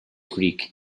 greek